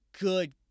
good